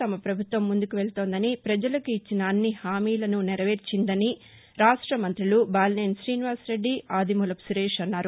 తమ పభుత్వం ముందుకు వెళుతోందని ప్రజలకు ఇచ్చిన అన్ని హామీలను నెరవేర్చిందని రాష్ట మంతలు బాలినేని రీనివాసరెద్ది ఆదిమూలపు సురేష్లు అన్నారు